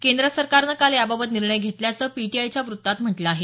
केंद्र सरकारनं काल याबाबत निर्णय घेतल्याचं पीटीआयच्या वृत्तात म्हटलं आहे